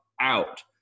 out